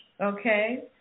okay